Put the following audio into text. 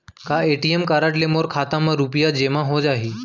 का ATM card ले मोर खाता म रुपिया जेमा हो जाही?